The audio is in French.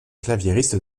claviériste